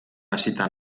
hasita